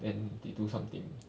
then they do something